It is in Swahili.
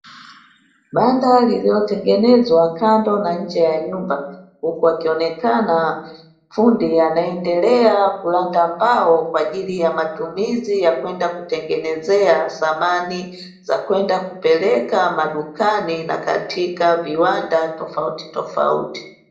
Banda lililotengenezwa kando na nje ya nyumba, huku akionekana fundi anaendelea kuranda mabao, kwa ajili ya matumizi ya kwenda kutangenezea samani za kwenda kupeleka madukani na katika viwanda tofautitofauti.